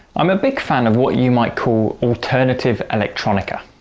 i'm a big fan of what you might call alternative electronica.